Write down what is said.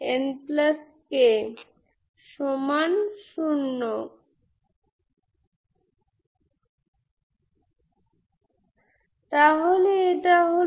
eigenfunctions কি হবে